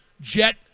Jet